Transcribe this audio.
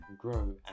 grow